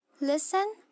Listen